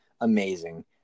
amazing